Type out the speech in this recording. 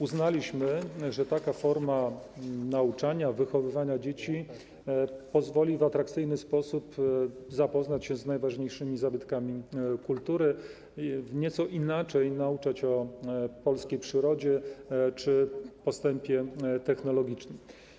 Uznaliśmy, że taka forma nauczania, wychowywania dzieci pozwoli w atrakcyjny sposób zapoznać je z najważniejszymi zabytkami kultury i nieco inaczej nauczać o polskiej przyrodzie czy o postępie technologicznym.